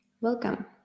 welcome